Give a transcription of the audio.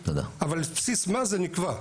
התאגיד, אבל על בסיס מה זה נקבע?